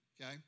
okay